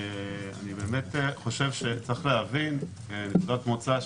אני באמת חושב שצריך להבין נקודת מוצא,